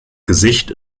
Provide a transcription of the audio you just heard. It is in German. gesicht